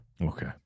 Okay